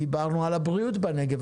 דיברנו על הבריאות בנגב.